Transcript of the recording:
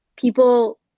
people